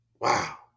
Wow